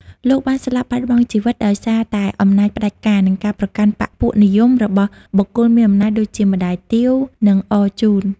លោកបានស្លាប់បាត់បង់ជីវិតដោយសារតែអំណាចផ្តាច់ការ និងការប្រកាន់បក្សពួកនិយមរបស់បុគ្គលមានអំណាចដូចជា ម្តាយទាវ និង អរជូន។